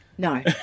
No